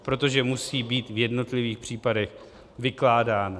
Protože musí být v jednotlivých případech vykládán.